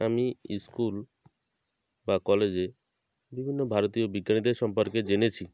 আমি স্কুল বা কলেজে বিভিন্ন ভারতীয় বিজ্ঞানীদের সম্পর্কে জেনেছি